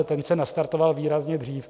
Ten se nastartoval výrazně dřív.